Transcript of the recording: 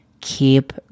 Keep